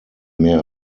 mehr